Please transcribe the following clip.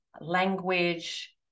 language